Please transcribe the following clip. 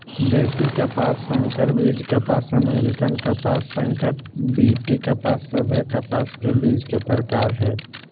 देशी कपास, संकर बीज कपास, अमेरिकन कपास, संकर बी.टी कपास सभे कपास के बीज के प्रकार हय